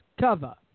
cover